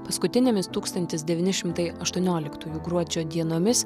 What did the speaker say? paskutinėmis tūkstantis devyni šimtai aštuoniolikųjų gruodžio dienomis